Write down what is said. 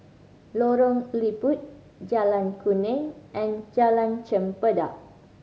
Lorong Liput Jalan Kuning and Jalan Chempedak